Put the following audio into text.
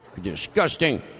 Disgusting